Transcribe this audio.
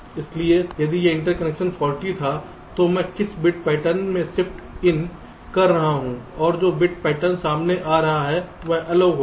इसलिए यदि यह इंटरकनेक्शन फौल्टी था तो मैं किस बिट पैटर्न में Shift in कर रहा हूं और जो बिट पैटर्न सामने आ रहा है वह अलग होगा